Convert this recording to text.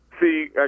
See